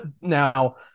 Now